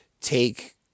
take